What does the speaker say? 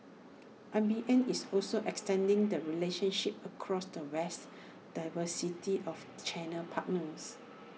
I B M is also extending the relationships across the vast diversity of channel partments